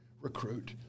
recruit